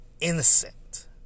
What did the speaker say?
Innocent